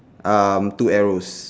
um two arrows